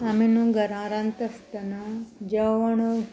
आमी न्हू घरां रांदता आसतना जेवण